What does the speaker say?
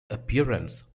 appearance